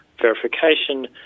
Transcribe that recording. verification